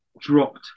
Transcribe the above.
dropped